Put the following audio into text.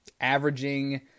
averaging